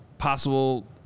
possible